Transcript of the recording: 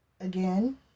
again